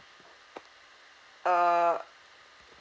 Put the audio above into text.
err